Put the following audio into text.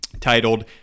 titled